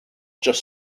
just